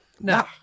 No